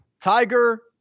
Tiger